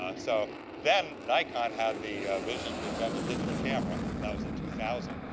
ah so then nikon had the vision to invent a digital camera. that was in two thousand.